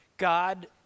God